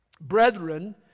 Brethren